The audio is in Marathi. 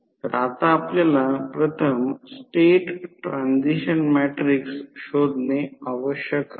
तर आता आपल्याला प्रथम स्टेट ट्रान्सिशन मॅट्रिक्स शोधणे आवश्यक आहे